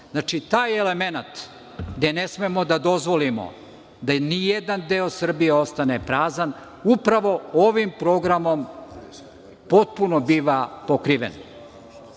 Taj element gde ne smemo da dozvolimo da ni jedan deo Srbije ostane prazan upravo ovim programom potpuno biva pokriven. Kada